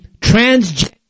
transgender